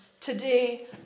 Today